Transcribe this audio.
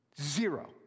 Zero